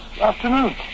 afternoon